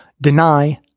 Deny